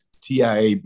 TIA